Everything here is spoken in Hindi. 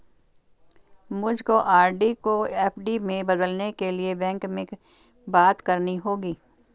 मुझको आर.डी को एफ.डी में बदलने के लिए बैंक में बात करनी होगी